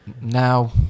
Now